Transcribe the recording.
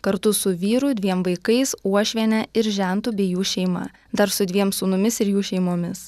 kartu su vyru dviem vaikais uošviene ir žentu bei jų šeima dar su dviem sūnumis ir jų šeimomis